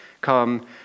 come